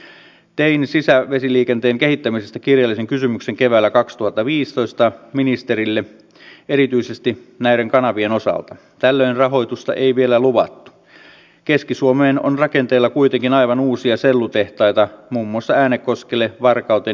sen takia tänään välikysymyskeskustelussa oli erinomaista se että lopputulemana oli kuitenkin se että me kaikki tunnistamme sen mitä on tapahtunut edellisellä ja sitä edelliselläkin kaudella ja ei laiteta tätä kaikkea tämänkään hallituksen syyksi vaan pyritään niin kuin hallitus on omissa toimissaankin jo lähtenyt hakemaan lainvalmistelulle parempia ratkaisumalleja